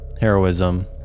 Heroism